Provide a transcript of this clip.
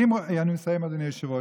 אני מסיים, אדוני היושב-ראש.